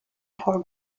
paul